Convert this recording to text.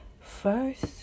first